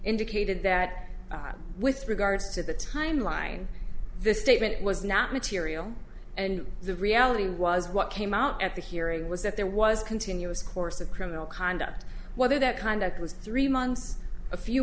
indicated that with regards to the timeline the statement was not material and the reality was what came out at the hearing was that there was continuous course of criminal conduct whether that kind of was three months a few